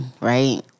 Right